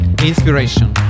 inspiration